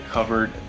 Covered